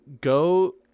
go